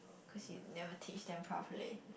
cause you never teach them properly